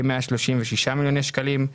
כ-136 מיליוני שקלים.